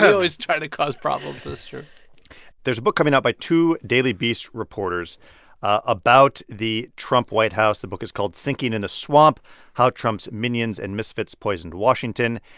always try to cause problems. it's true there's a book coming out by two daily beast reporters about the trump white house. the book is called sinking in the swamp how trump's minions and misfits poisoned washington.